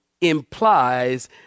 implies